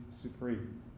supreme